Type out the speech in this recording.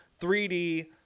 3d